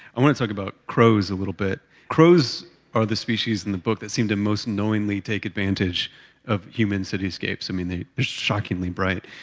i want to talk about crows a little bit. crows are the species in the book that seem to most knowingly take advantage of human city scapes. i mean, they're shockingly bright.